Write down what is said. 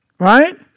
Right